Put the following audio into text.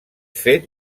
fet